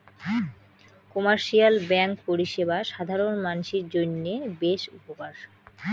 commercial bank পরিষেবা সাধারণ মানসির জইন্যে বেশ উপকার